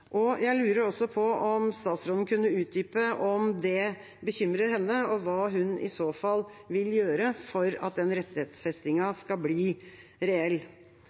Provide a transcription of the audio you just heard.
samme. Jeg lurer også på om statsråden kunne utdype om dette bekymrer henne, og hva hun i så fall vil gjøre for at den rettighetsfestingen skal bli reell.